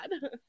god